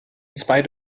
spite